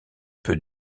peu